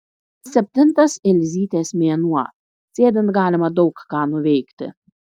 septintas elzytės mėnuo sėdint galima daug ką nuveikti